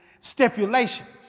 stipulations